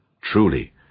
Truly